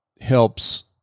helps